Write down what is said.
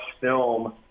film